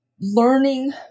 Learning